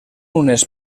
unes